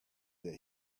that